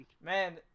Man